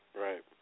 Right